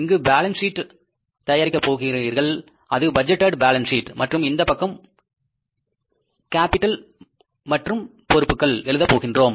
இங்கு balance sheet தயாரிக்கப் போகின்றீர்கள் அது பட்ஜெட்டேட் பேலன்ஸ் ஷீட் மற்றும் இந்த பக்கம் முதல் மற்றும் பொறுப்புகளை எழுதப் போகிறோம்